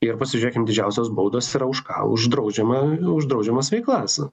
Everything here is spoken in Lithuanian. ir pasižiūrėkim didžiausios baudos yra už ką už draudžiamą už draudžiamas veiklas